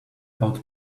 out